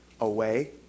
away